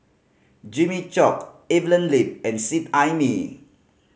Jimmy Chok Evelyn Lip and Seet Ai Mee